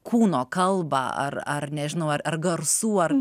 kūno kalbą ar ar nežinau ar garsų ar